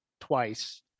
twice